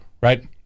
right